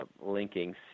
linking